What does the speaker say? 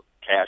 cash